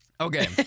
Okay